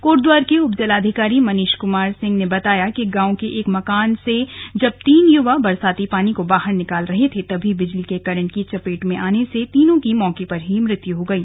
कोटद्वार के उप जिलाधिकारी मनीष कमार सिंह ने बताया कि गांव के एक मकान से जब तीन युवा बरसाती पानी को बाहर निकाल रहे थे तभी बिजली के करंट की चपेट में आने से तीनों की मौके पर ही मृत्यु हो गयी